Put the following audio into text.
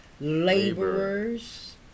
laborers